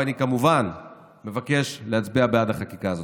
אני כמובן מבקש להצביע בעד החקיקה הזאת.